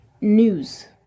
news